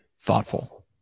thoughtful